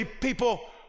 people